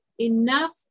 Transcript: enough